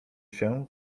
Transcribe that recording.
się